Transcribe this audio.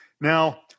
Now